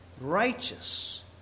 righteous